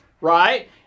right